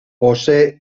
posee